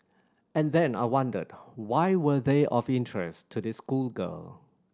and then I wondered why were they of interest to this schoolgirl